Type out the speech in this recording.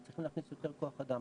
הם צריכים להכניס יותר כוח אדם.